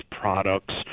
products